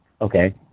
okay